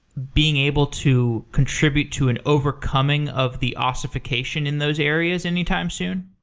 being able to contribute to an overcoming of the ossification in those areas anytime soon?